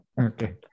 Okay